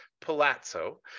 Palazzo